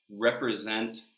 represent